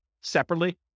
separately